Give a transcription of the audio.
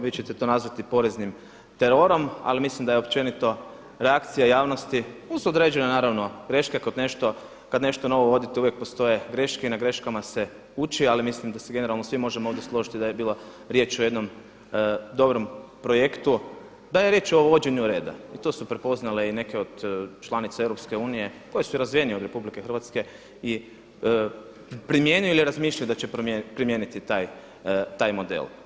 Vi ćete to nazvati poreznim terorom ali mislim da je općenito reakcija javnosti uz određene naravno greške kad nešto novo uvodite uvijek postoje greške i na greškama se uči ali mislim da se generalno svi možemo ovdje složiti da je bila riječ o jednom dobrom projektu, da je riječ o uvođenju reda i to su prepoznale i neke od članica EU koje su i razvijenije od RH i primjenjuju ili razmišljaju da će primijeniti taj model.